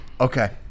Okay